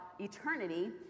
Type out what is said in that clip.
eternity